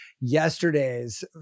yesterday's